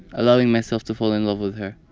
allowing myself to fall in love with her